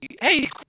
Hey